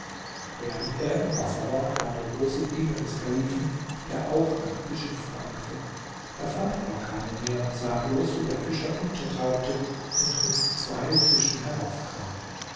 während er im wasser war kam der große diener des kalifen der auch nach fischen fragte er fand aber keine mehr und sah bloß wie der fischer untertauchte und mit zwei fischen heraufkam